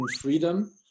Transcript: Freedom